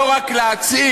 ולא רק להצהיר,